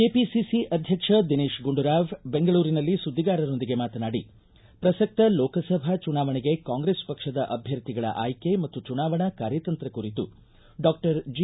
KPCC ಅಧ್ಯಕ್ಷ ದಿನೇತ್ ಗುಂಡೂರಾವ್ ಬೆಂಗಳೂರಿನಲ್ಲಿ ಸುದ್ದಿಗಾರರೊಂದಿಗೆ ಮಾತನಾಡಿ ಪ್ರಸಕ್ತ ಲೋಕಸಭಾ ಚುನಾವಣೆಗೆ ಕಾಂಗ್ರೆಸ್ ಪಕ್ಷದ ಅಭ್ಯರ್ಥಿಗಳ ಆಯ್ಕೆ ಮತ್ತು ಚುನಾವಣಾ ಕಾರ್ಯತಂತ್ರ ಕುರಿತು ಡಾಕ್ಷರ್ ಜಿ